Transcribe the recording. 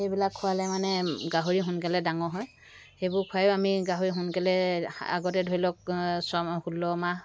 এইবিলাক খোৱালে মানে গাহৰি সোনকালে ডাঙৰ হয় সেইবিলাক খোৱাইয়ো আমি গাহৰি সোনকালে আগতে ধৰিলওক ছ ষোল্লমাহ